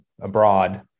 abroad